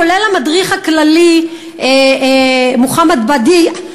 כולל המדריך הכללי מוחמד בדיע,